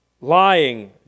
lying